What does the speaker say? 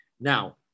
Now